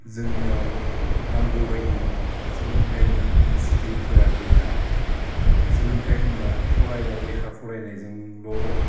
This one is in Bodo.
जोंनियाव नांगौ बायदि सोलोंथाइनि इनस्टिटिउटफोर गैया सोलोंथाइ होनबा फरायनाय लेखा फरायनायजोंल'